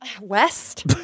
West